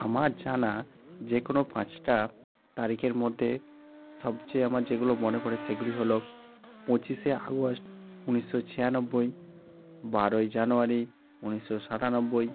আমার জানা যে কোনো পাঁচটা তারিখের মধ্যে সবচেয়ে আমার যেগুলো মনে পড়ে সেগুলি হলো পঁচিশে আগস্ট উনিশশো ছিয়ানব্বই বারোই জানুয়ারি উনিশশো সাতানব্বই